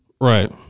Right